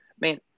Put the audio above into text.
Man